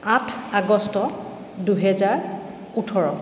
আঠ আগষ্ট দুহেজাৰ ওঠৰ